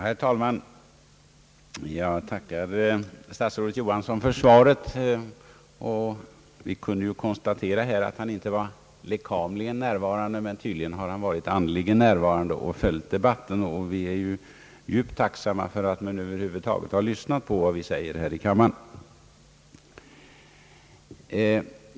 Herr talman! Jag tackar herr statsrådet Johansson för svaret. Vi kunde ju konstatera att han inte var lekamligen närvarande, men tydligen har han varit andligen närvarande och följt debatten. Vi är djupt tacksamma för att någon i regeringen över huvud taget har lyssnat på vad vi säger här i kammaren.